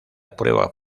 prueba